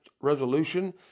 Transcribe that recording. resolution